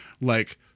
like-